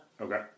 Okay